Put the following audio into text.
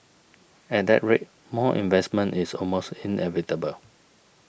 at that rate more investment is almost inevitable